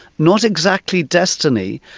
not exactly destiny,